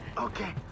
Okay